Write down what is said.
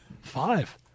Five